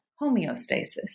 homeostasis